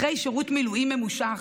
אחרי שירות מילואים ממושך